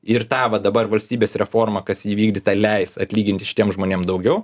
ir tą va dabar valstybės reformą kas įvykdyta leis atlyginti šitiems žmonėms daugiau